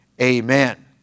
Amen